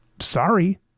sorry